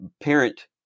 parent